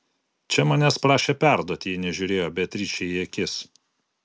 čia manęs prašė perduoti ji nežiūrėjo beatričei į akis